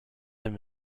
him